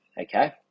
Okay